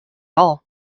all